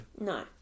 no